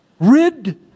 Rid